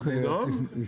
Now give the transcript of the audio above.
לנאום?